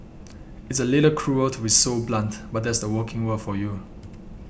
it's a little cruel to be so blunt but that's the working world for you